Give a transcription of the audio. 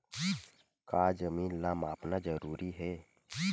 का जमीन ला मापना जरूरी हे?